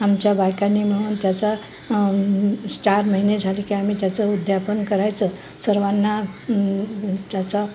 आमच्या बायकांनी मिळून त्याचा चार महिने झाली की आम्ही त्याचं उद्यापन करायचं सर्वांना त्याचा